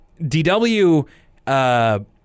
DW